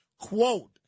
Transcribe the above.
Quote